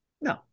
No